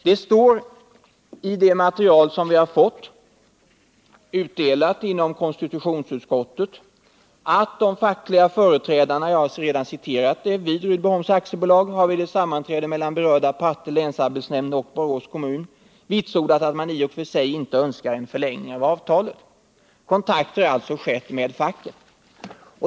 Det står i det material som vi har fått utdelat inom konstitutionsutskottet, att de fackliga företrädarna — jag har redan citerat det — vid Rydboholms AB vid ett sammanträde mellan berörda parter, länsarbetsnämnd och Borås kommun, vitsordat att man i och för sig inte önskar en förlängning av avtalet. Kontakt har alltså skett med facket.